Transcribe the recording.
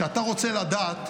כשאתה רוצה לדעת,